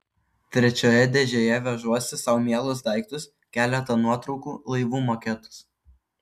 trečioje dėžėje vežuosi sau mielus daiktus keletą nuotraukų laivų maketus